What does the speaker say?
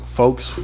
folks